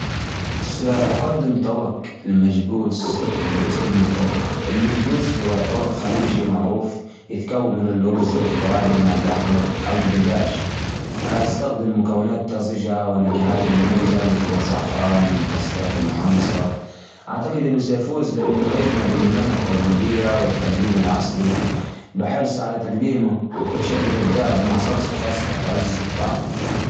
أول شيء، تقدم كبسة لحم على أصولها، مع اللحم المندي اللي يذوب في الفم. والتوابل الحجازية اللي تعطي نكهة ما تتنسى. ليه بفوز؟ لأن الطعم أصيل، التقديم فاخر، والكل يعشق الكبسة. ما في حد يقدر يقاومها.